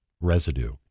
residue